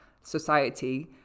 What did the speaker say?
society